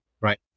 Right